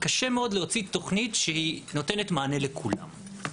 קשה מאוד להוציא תוכנית שהיא נותנת מענה לכולם,